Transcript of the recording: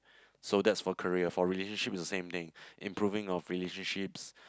so that's for career for relationship it's the same thing improving of relationship